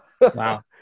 wow